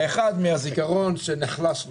האחד, מהזיכרון שנחלש לכם.